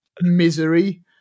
misery